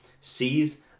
sees